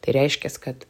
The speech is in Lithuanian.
tai reiškias kad